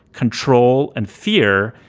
control and fear.